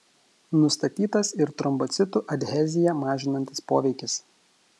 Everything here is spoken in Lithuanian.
nustatytas ir trombocitų adheziją mažinantis poveikis